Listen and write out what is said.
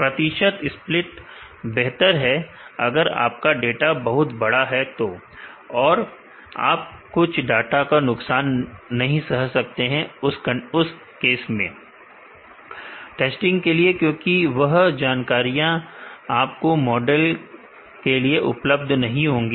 प्रतिशत स्प्लिट बेहतर है अगर आपका डाटा बहुत बड़ा है और आप कुछ डांटा को नुकसान सह सकते हैं टेस्टग के लिए क्योंकि वह जानकारियां आपके मॉडल के लिए उपलब्ध नहीं होंगी